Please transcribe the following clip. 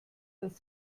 dass